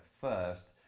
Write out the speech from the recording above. first